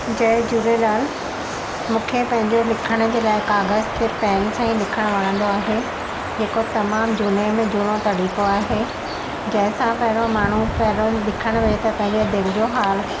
जय झूलेलाल मूंखे पंहिंजो लिखण जे लाइ काग़ज़ु ते पेन सां ई लिखणु वणंदो आहे जेको तमामु झूने में झूनो तरीक़ो आहे जंहिं सां पहिरों माण्हू पहिरों लिखण विए त पंहिंजे दिलि जो हाल